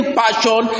passion